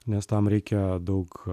nes tam reikia daug